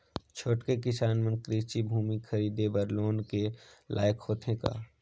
छोटके किसान मन कृषि भूमि खरीदे बर लोन के लायक होथे का?